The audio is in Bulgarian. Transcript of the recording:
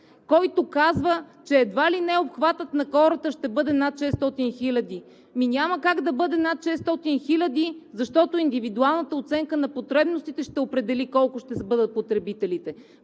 …който казва, че едва ли не обхватът на хората ще бъде над 600 хиляди. Ами няма как да бъде над 600 хиляди, защото индивидуалната оценка на потребностите ще определи колко ще бъдат потребителите.